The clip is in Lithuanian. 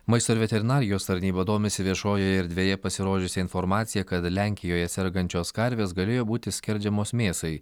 maisto ir veterinarijos tarnyba domisi viešojoje erdvėje pasirodžiusi informacija kad lenkijoje sergančios karvės galėjo būti skerdžiamos mėsai